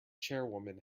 chairwoman